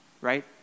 right